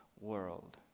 world